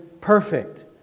perfect